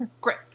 Great